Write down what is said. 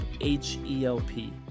H-E-L-P